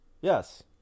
Yes